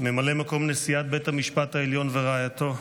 ממלא מקום נשיאת בית המשפט העליון ורעייתו,